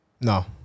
No